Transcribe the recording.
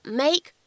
make 。